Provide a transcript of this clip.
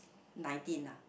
nineteen ah